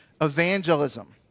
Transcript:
evangelism